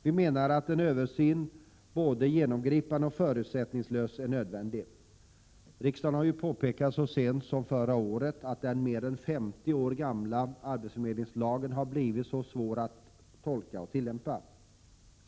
Vi menar att en både genomgripande och förutsättningslös översyn är nödvändig. Riksdagen har så sent som förra året påpekat att den mer än 50 år gamla arbetsförmedlingslagen har blivit svår att tolka och tillämpa.